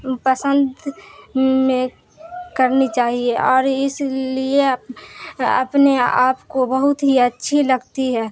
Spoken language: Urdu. پسند میں کرنی چاہیے اور اس لیے اپنے آپ کو بہت ہی اچھی لگتی ہے